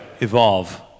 evolve